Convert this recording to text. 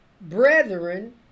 Brethren